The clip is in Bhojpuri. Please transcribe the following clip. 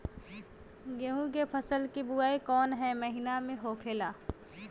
गेहूँ के फसल की बुवाई कौन हैं महीना में होखेला?